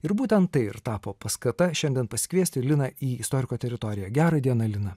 ir būtent tai ir tapo paskata šiandien pasikviesti liną į istoriko teritoriją gera diena lina